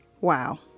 Wow